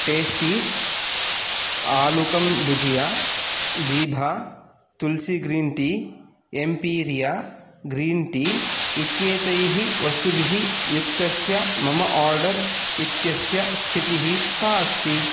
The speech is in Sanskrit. टेस्टीस् आलुकं भुजिया दीभा तुल्सि ग्रीन् टी एम्पीरिया ग्रीन् टी इत्येतैः वस्तुभिः युक्तस्य मम आर्डर् इत्यस्य स्थितिः का अस्ति